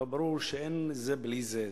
אבל ברור שאין זה בלי זה.